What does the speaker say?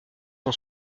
son